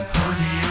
honey